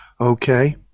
Okay